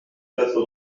quatre